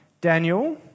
Daniel